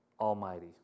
Almighty